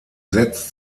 setzt